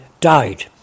died